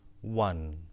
one